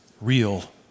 real